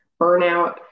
burnout